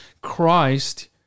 Christ